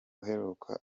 uheruka